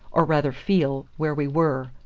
or rather feel, where we were.